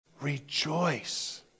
Rejoice